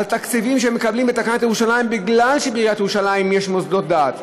על תקציבים שהם מקבלים בתקנת ירושלים מפני שבירושלים יש מוסדות דת.